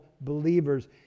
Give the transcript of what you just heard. believers